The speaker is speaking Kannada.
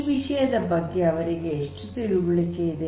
ಈ ವಿಷಯಗಳ ಬಗ್ಗೆ ಅವರಿಗೆ ಎಷ್ಟು ತಿಳುವಳಿಕೆ ಇದೆ